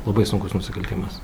labai sunkus nusikaltimas